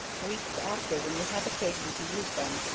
weeks after, when you have occasion to use them,